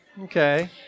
Okay